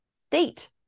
state